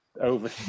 over